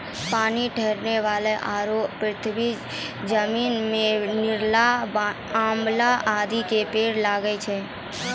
पानी ठहरै वाला आरो पथरीला जमीन मॅ बेर, लिसोड़ा, आंवला आदि के पेड़ लागी जाय छै